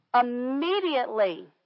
immediately